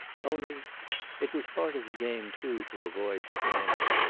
only it was part of the game, too, to avoid scandal.